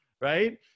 right